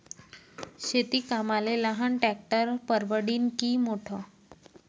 शेती कामाले लहान ट्रॅक्टर परवडीनं की मोठं?